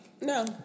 No